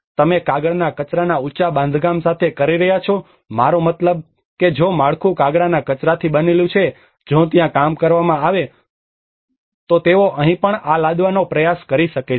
તમે કાગળના કચરાના ઉંચા બાંધકામ સાથે કરી રહ્યા છો મારો મતલબ કે જો માળખું કાગળના કચરાથી બનેલું છે જો ત્યાં કામ કરવામાં આવે તો તેઓ અહીં પણ આ લાદવાનો પ્રયાસ કરી શકે છે